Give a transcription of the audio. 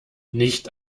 nicht